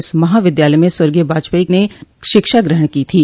इस महा विद्यालय में स्वर्गीय वाजपेई ने शिक्षा ग्रहण की थी